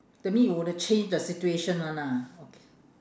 that mean you were to change the situation [one] ah okay